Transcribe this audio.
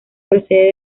procede